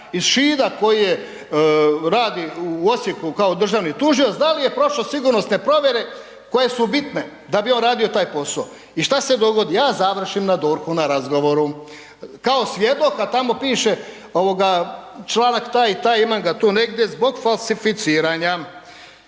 iz Šida koji je radi u Osijeku kao državni tužioc, da li je prošao sigurnosne provjere koje su bitne da bi on radio taj posao. I što se dogodi? Ja završim na DORH-u na razgovoru, kao svjedok, a tamo piše, čl. taj i taj, imam ga tu negdje, zbog falsificiranja.